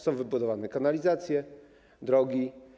Są wybudowane kanalizacje, drogi.